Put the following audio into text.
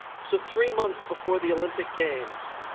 so three months before the olympic games